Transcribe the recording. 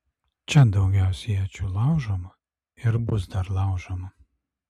čia daugiausiai iečių laužoma ir bus dar laužoma